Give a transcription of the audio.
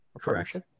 Correct